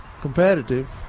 competitive